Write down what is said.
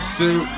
two